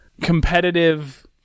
competitive